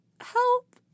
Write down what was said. help